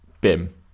BIM